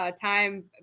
time